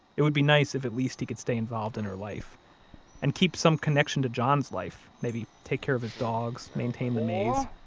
it would be nice if at least he could stay involved in her life and keep some connection to john's life. maybe take care of his dogs, maintain the maze,